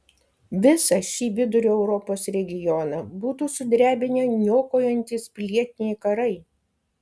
visą šį vidurio europos regioną būtų sudrebinę niokojantys pilietiniai karai